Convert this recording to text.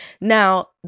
Now